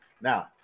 Now